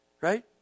right